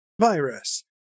virus